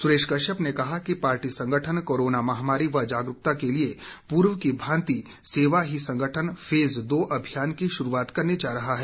सुरेश कश्यप ने कहा कि पार्टी संगठन कोरोना महामारी व जागरूकता के लिए पूर्व की भांति सेवा ही संगठन फेज दो अभियान की शुरूआत करने जा रहा है